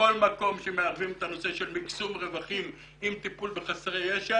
בכל מקום שמערבים את הנושא של מקסום רווחים עם טיפול בחסרי ישע